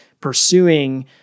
pursuing